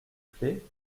plaît